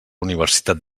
universitat